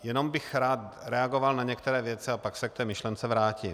Jenom bych rád reagoval na některé věci a pak se k té myšlence vrátím.